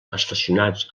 estacionats